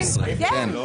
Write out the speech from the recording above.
כן.